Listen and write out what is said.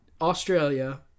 Australia